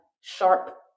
sharp